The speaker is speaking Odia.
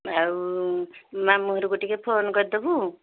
ଆଉ ମାମୁଁ ଘରକୁ ଟିକେ ଫୋନ କରିଦେବୁ